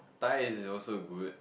Thai is also good